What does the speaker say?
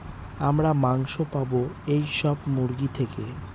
আমরা মাংস পাবো এইসব মুরগি থেকে